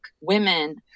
women